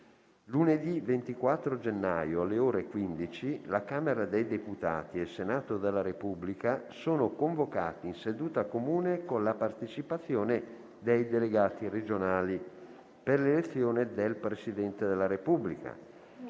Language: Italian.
Lunedì 24 gennaio, alle ore 15, la Camera dei deputati e il Senato della Repubblica sono convocati in seduta comune, con la partecipazione dei delegati regionali, per l'elezione del Presidente della Repubblica.